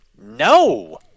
No